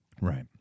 Right